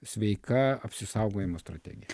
sveika apsisaugojimo strategija